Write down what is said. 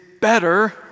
better